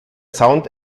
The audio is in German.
sound